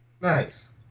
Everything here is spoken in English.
Nice